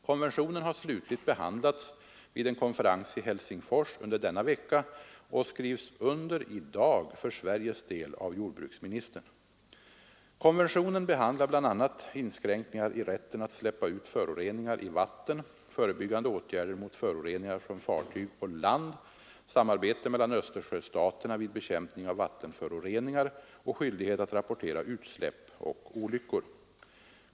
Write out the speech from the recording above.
Konventionen har slutligt behandlats vid en konferens i Helsingfors under denna vecka och skrivs under i dag för Sveriges del av jordbruksministern. Konventionen behandlar bl.a. inskränkningar i rätten att släppa ut föroreningar i vatten, förebyggande åtgärder mot föroreningar från fartyg och land, samarbete mellan Östersjöstaterna vid bekämpning av vattenföroreningar och skyldighet att rapportera utsläpp och olyckor.